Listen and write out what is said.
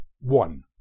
One